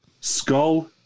Skull